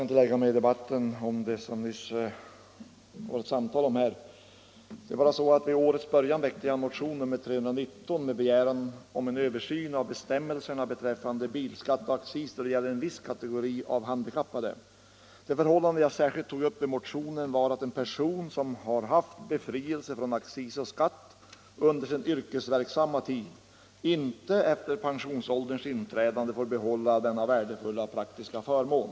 Nr 87 Herr talman! Vid årets början väckte jag motionen 319 med begäran Torsdagen den om en översyn av bestämmelserna beträffande bilskatt och accis för en 22 maj 1975 viss kategori av handikappade. Det förhållande som jag särskilt togupp = i motionen var att en person som har haft befrielse från accis och skatt — Kilometerskatt för under sin yrkesverksamma tid efter pensionsålderns inträde inte får be = vissa släpvagnar, hålla denna värdefulla praktiska förmån.